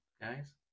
guys